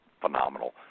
phenomenal